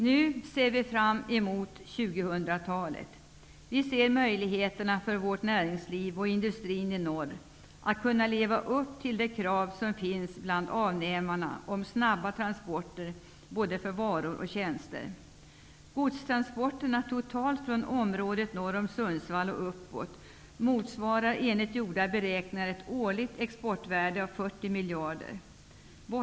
Nu ser vi fram emot 2000-talet. Vi ser möjligheterna för vårt näringsliv och industrin i norr att leva upp till de krav som finns om snabba transporter för både varor och tjänster bland avnämarna. Den totala mängden godstransporter från området norr om Sundsvall och uppåt motsvarar enligt gjorda beräkningar ett årligt exportvärde av 40 miljarder kronor.